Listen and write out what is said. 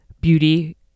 beauty